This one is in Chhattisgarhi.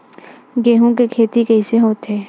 गेहूं के खेती कइसे होथे?